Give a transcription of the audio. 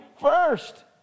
first